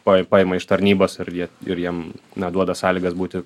pai paima iš tarnybos ir jie ir jiem na duoda sąlygas būti